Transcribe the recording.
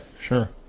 Sure